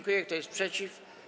Kto jest przeciw?